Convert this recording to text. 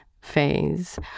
phase